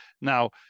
Now